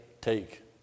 take